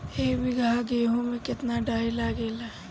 एक बीगहा गेहूं में केतना डाई लागेला?